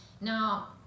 Now